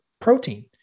protein